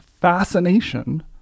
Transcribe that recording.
fascination